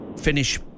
finish